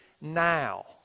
now